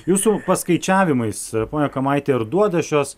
jūsų paskaičiavimais pone kamaiti ar duoda šios